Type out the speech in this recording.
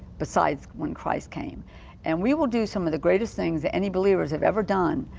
besides, when christ came and we will do some of the greatest things that any believers have ever done.